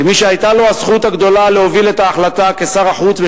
כמי שהיתה לו הזכות הגדולה להוביל את ההחלטה כשר החוץ,